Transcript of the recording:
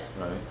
Right